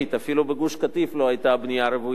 אפילו בגוש-קטיף לא היתה בנייה רוויה.